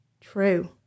true